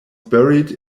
buried